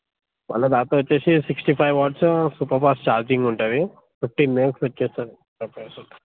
వాళ్ళదాక వచ్చేసి sixty five watts super fast charging ఉంటుంది fifteen minutes వస్తుంది ఎంఎహెచ్